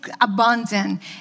abundant